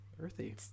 earthy